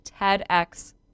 TEDx